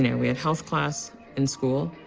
yeah we had health class in school,